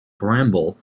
bramble